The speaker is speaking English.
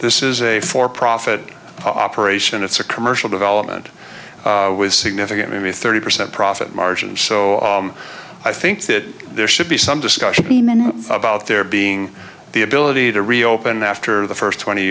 this is a for profit operation it's a commercial development with significant maybe thirty percent profit margins so i think that there should be some discussion about there being the ability to reopen after the first twenty